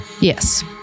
Yes